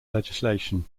legislation